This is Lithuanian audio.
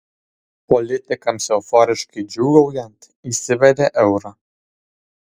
politikams euforiškai džiūgaujant įsivedė eurą